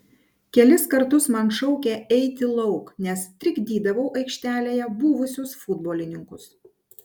kelis kartus man šaukė eiti lauk nes trikdydavau aikštelėje buvusius futbolininkus